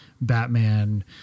Batman